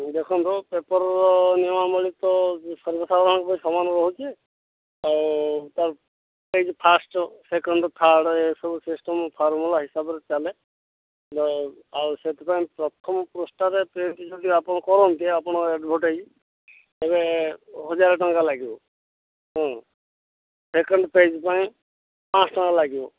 ଦେଖନ୍ତୁ ପେପର ନିୟମମୂଳିତ ସମସ୍ତଙ୍କ ପାଇଁ ତ ସମାନ ରହୁଛି ଆଉ ତ ପେଜ୍ ଫାଷ୍ଟ ସେକେଣ୍ଡ ଥାର୍ଡ଼ ଏସବୁ ସିଷ୍ଟମ ଫର୍ମୁଲା ହିସାବରେ ଚାଲେ ଆଉ ସେଥିପାଇଁ ପ୍ରଥମ ପୃଷ୍ଠାରେ ପ ଯଦି ଆପଣ କରନ୍ତ ଆପଣ ଆଡ଼ଭଟାଇଜ ତେବେ ହଜାର ଟଙ୍କା ଲାଗିବ ହଁ ସେକେଣ୍ଡ ପେଜ୍ ପାଇଁ ପାଞ୍ଚଶହ ଟଙ୍କା ଲାଗିବ